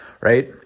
right